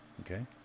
Okay